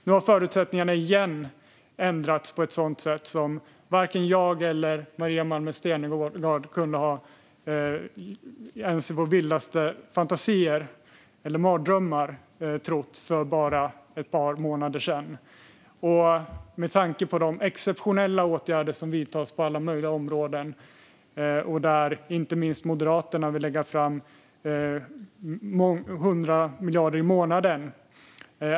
Nu har förutsättningarna ändrats igen på ett sådant sätt som varken jag eller Maria Malmer Stenergard ens i våra vildaste fantasier, eller mardrömmar, hade kunnat föreställa oss för bara ett par månader sedan. Exceptionella åtgärder vidtas på alla möjliga områden, och Moderaterna vill lägga fram 100 miljarder i månaden.